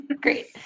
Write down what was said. Great